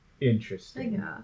Interesting